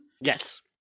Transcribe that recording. yes